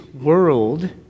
world